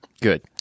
good